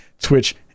Twitch